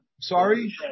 Sorry